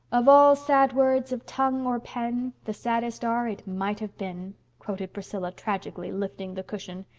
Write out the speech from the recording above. of all sad words of tongue or pen the saddest are it might have been quoted priscilla tragically, lifting the cushion.